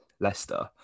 Leicester